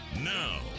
now